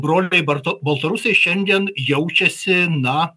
o broliai barto baltarusijoje šiandien jaučiasi na